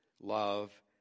love